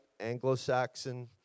Anglo-Saxon